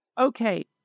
Okay